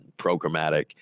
programmatic